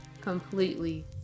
completely